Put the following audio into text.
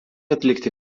atlikti